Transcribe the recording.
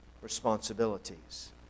responsibilities